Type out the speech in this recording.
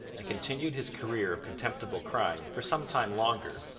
and continued his career of contemptible crime for some time longer.